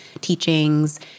teachings